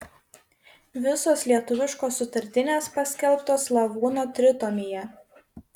visos lietuviškos sutartinės paskelbtos slavūno tritomyje